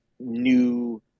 new